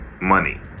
money